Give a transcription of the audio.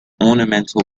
ornamental